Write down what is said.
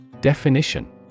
Definition